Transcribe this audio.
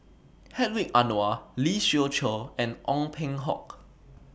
Hedwig Anuar Lee Siew Choh and Ong Peng Hock